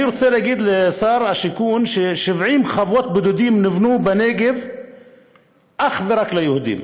אני רוצה להגיד לשר השיכון ש-70 חוות בודדים נבנו בנגב אך ורק ליהודים,